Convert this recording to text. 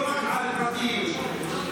החוק שלך חל על מדינות או רק על פרטים?